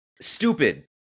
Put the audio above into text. stupid